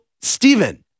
Stephen